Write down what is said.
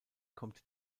kommt